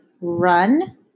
run